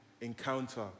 encounter